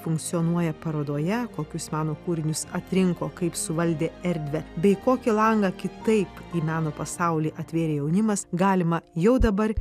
funkcionuoja parodoje kokius meno kūrinius atrinko kaip suvaldė erdvę bei kokį langą kitaip į meno pasaulį atvėrė jaunimas galima jau dabar